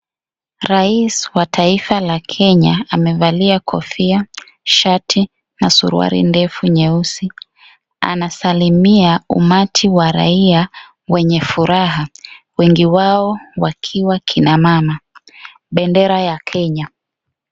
Rais wa taifa la Kenya amevalia kofia, shati na suruali ndefu nyeusi anasalimia umati wa raia wenye furaha wengi wao wakiwa kina mama. Bendera ya Kenya.